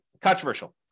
controversial